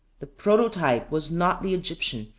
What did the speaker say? the prototype was not the egyptian,